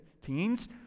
teens